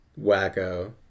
wacko